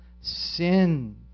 sinned